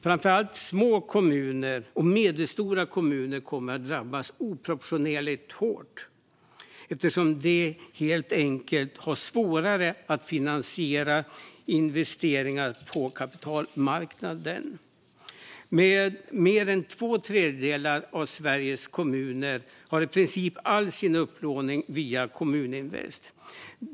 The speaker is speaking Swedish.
Framför allt små och medelstora kommuner kommer att drabbas oproportionerligt hårt eftersom de helt enkelt har svårare att finansiera investeringar på kapitalmarknaden. Mer än två tredjedelar av Sveriges kommuner har i princip all sin upplåning via Kommuninvest.